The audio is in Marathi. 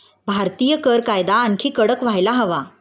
भारतीय कर कायदा आणखी कडक व्हायला हवा